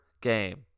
game